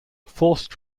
forced